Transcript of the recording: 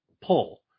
pull